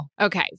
Okay